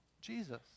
Jesus